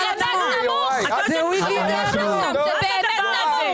מה זה הדבר הזה?